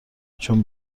چون